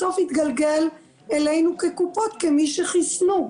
בסוף יתגלגל אלינו כקופות כמי שחיסנו.